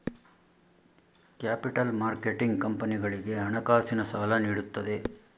capital marketing ಕಂಪನಿಗಳಿಗೆ ಹಣಕಾಸಿನ ಸಾಲ ನೀಡುತ್ತದೆ